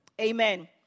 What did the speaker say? Amen